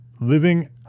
living